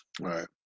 Right